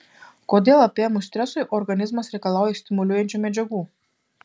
kodėl apėmus stresui organizmas reikalauja stimuliuojančių medžiagų